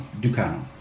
Ducano